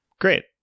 great